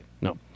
no